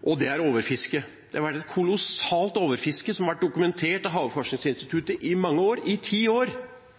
og det er overfiske. Det har vært et kolossalt overfiske, noe som har vært dokumentert av Havforskningsinstituttet i mange år. I ti år